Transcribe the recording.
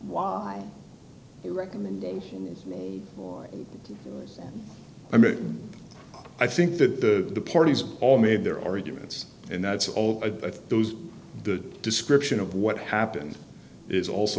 why the recommendation i mean i think that the parties all made their arguments and that's all a those the description of what happened is also